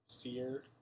fear